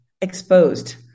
exposed